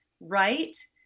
right